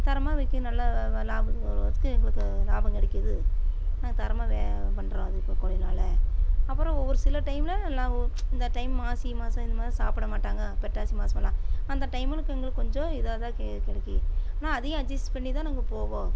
தரமாக விற்கும் நல்லா லாபம் ஒரு வருஷத்துக்கு எங்களுக்கு லாபம் கிடைக்கிது தரமாக பண்ணுறோம் அது இப்போ கோழியினால அப்புறம் ஒவ்வொரு சில டைமில் லாபம் இந்த டைம் மாசி மாதம் இந்த மாதிரி சாப்பிட மாட்டாங்க புரட்டாசி மாதம் எல்லாம் அந்த டைமுக்கு எங்களுக்கு கொஞ்சம் இதாக தான் கிடைக்கி ஆனால் அதையும் அட்ஜஸ்ட் பண்ணி தான் நாங்கள் போவோம்